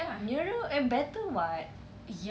nearer and better [what]